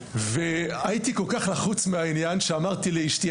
הייתי כל כך לחוץ מהעניין שאמרתי לאשתי,